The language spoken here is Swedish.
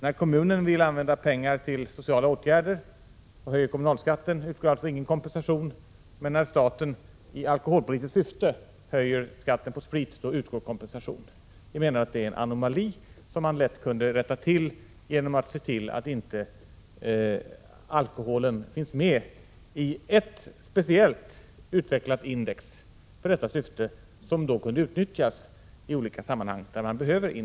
När en kommun vill använda pengar till sociala åtgärder och höjer kommunalskatten utgår ingen kompensation, men när staten i alkoholpolitiskt syfte höjer skatten på sprit utgår kompensation. Det är en anomali som lätt kunde rättas till genom att man ser till att alkoholen inte finns med i ett speciellt utvecklat index för detta syfte, som då kunde utnyttjas i olika sammanhang där index behövs.